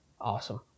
Awesome